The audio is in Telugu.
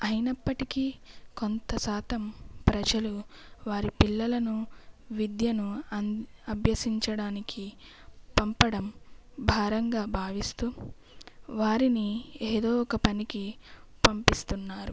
అయినప్పటికీ కొంత శాతం ప్రజలు వారి పిల్లలను విద్యను అభ్యసించడానికి పంపడం భారంగా భావిస్తూ వారిని ఏదో ఒక పనికి పంపిస్తున్నారు